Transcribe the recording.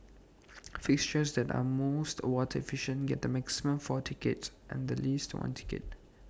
fixtures that are most water efficient get the maximum four ticks and the least one tick